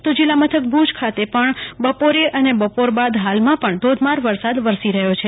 તો જીલ્લા મથક ભુજ ખાતે પણ બપોરે અને બપોર બાદ હાલમાં પણ ધોધમાર વરસાદ વરસી રહ્યો છે